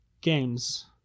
games